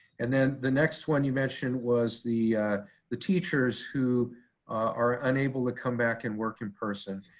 and then the next one you mentioned was the the teachers who are unable to come back and work in person.